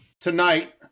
Tonight